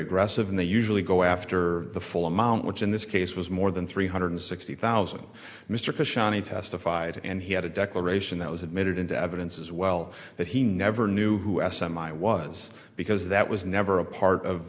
aggressive and they usually go after the full amount which in this case was more than three hundred sixty thousand mr testified and he had a declaration that was admitted into evidence as well that he never knew who s m i was because that was never a part of